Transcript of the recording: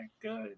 good